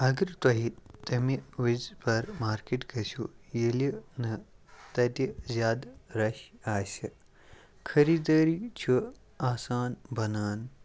اگر تۄہہِ تَمہِ وِزِ پر مارکیٹ گٔژھِو ییٚلہِ نہٕ تتہِ زِیادٕ رش آسہِ خٔریدٲری چھِ آسان بنان